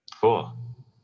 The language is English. cool